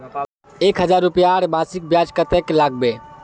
एक हजार रूपयार मासिक ब्याज कतेक लागबे?